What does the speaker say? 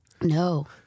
No